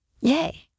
Yay